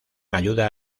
ayuda